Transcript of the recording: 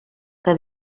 que